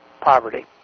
poverty